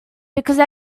because